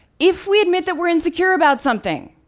if we admit that we are insecure about something